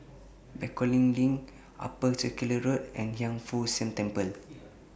Bencoolen LINK Upper Circular Road and Hiang Foo Siang Temple